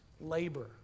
labor